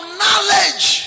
knowledge